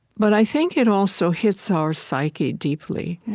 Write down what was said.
but i think it also hits our psyche deeply.